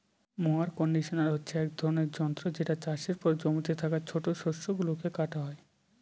mower conditioner হচ্ছে এক ধরনের যন্ত্র যেটা চাষের পর জমিতে থাকা ছোট শস্য গুলোকে কাটা হয়